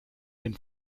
den